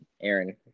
Aaron